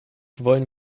wollen